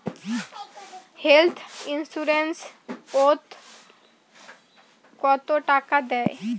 Health insurance ওত কত টাকা দেয়?